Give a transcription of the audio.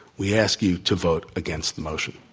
we ask you to vote against the motion.